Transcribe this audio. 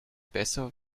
besser